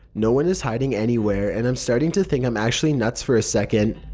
no one is hiding anywhere and i'm starting to think i'm actually nuts for a second,